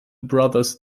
brothers